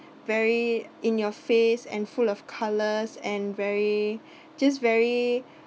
very in your face and full of colours and very just very